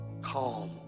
Calm